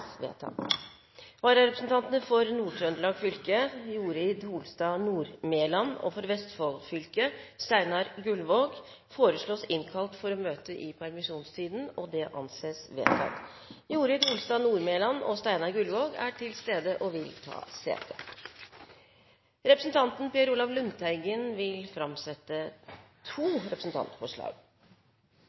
Vararepresentantene, for Nord-Trøndelag fylke Jorid Holstad Nordmelan og for Vestfold fylke Steinar Gullvåg, innkalles for å møte i permisjonstiden. Jorid Holstad Nordmelan og Steinar Gullvåg er til stede og vil ta sete. Representanten Per Olaf Lundteigen vil framsette to representantforslag.